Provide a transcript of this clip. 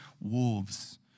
wolves